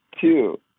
Two